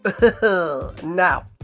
Now